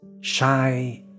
shy